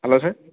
hello sir